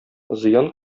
зыян